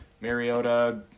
Mariota